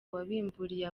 wabimburiye